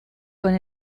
con